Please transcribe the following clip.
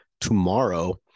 tomorrow